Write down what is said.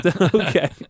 Okay